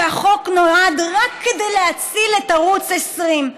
שהחוק נועד רק להציל את ערוץ 20,